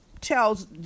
tells